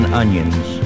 onions